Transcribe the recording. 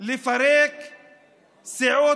לפרק סיעות.